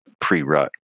pre-rut